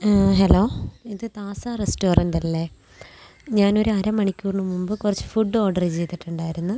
hello ഇത് താസ റസ്റ്റോറൻ്റല്ലേ ഞാനൊരു അരമണിക്കൂറിന് മുമ്പ് കുറച്ച് ഫുഡ് ഓഡറ് ചെയ്തിട്ടുണ്ടായിരുന്നു